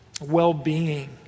well-being